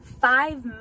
five